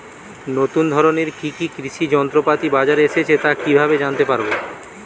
নতুন ধরনের কি কি কৃষি যন্ত্রপাতি বাজারে এসেছে তা কিভাবে জানতেপারব?